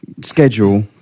schedule